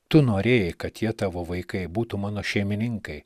tu norėjai kad jie tavo vaikai būtų mano šeimininkai